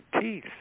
teeth